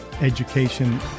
education